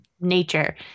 nature